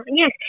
yes